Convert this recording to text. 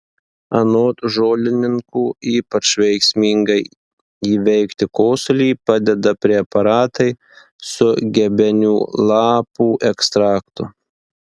anot žolininkų ypač veiksmingai įveikti kosulį padeda preparatai su gebenių lapų ekstraktu